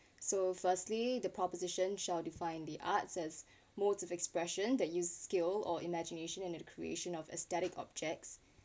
so firstly the proposition shall define the arts as modes of expression that use scale or imagination into the creation of aesthetic objects